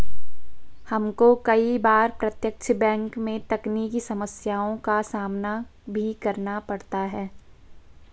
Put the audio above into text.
हमको कई बार प्रत्यक्ष बैंक में तकनीकी समस्याओं का सामना भी करना पड़ता है